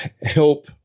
help